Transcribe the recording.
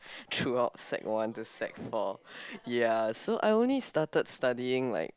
throughout sec one to sec four ya so I only started studying like